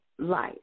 life